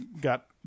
got